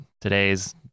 Today's